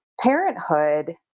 parenthood